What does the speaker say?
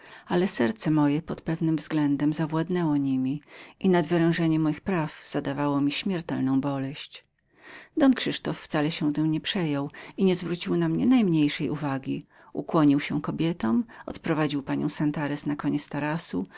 ale serce moje pod pewnym względem zawładnęło niemi i nadwerężenie moich praw zadawało mi śmiertelną boleść don krzysztof udał że wcale na mnie nie zważa ukłonił się kobietom odprowadził panią santarez na